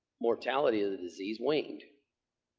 mortality of the disease waned.